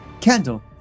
candle